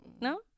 no